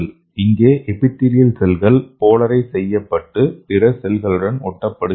இங்கே எபிதீலியல் செல்கள் போலரைஸ் செய்யப்பட்டு பிற செல்களுடன் ஒட்டப்படுகின்றன